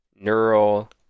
neural